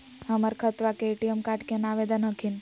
हमर खतवा के ए.टी.एम कार्ड केना आवेदन हखिन?